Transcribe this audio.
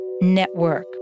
network